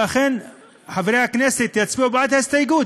שחברי הכנסת יצביעו בעד ההסתייגות,